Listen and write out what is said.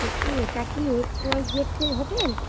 বলছি এটা কি এক্স ওয়াই জেড এর হোটেল